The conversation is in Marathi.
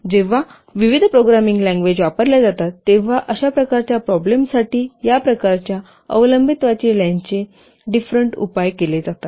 जेव्हा विविध प्रोग्रामिंग लँग्वेज वापरल्या जातात तेव्हा अशा प्रकारच्या प्रॉब्लेमसाठी या प्रकारच्या अवलंबित्वाची लेन्थचे डिफरेंट उपाय केले जातात